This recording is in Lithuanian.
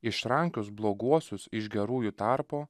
išrankios bloguosius iš gerųjų tarpo